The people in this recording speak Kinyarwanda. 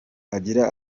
agira